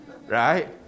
Right